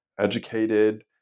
educated